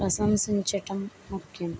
ప్రశంసించటం ముఖ్యం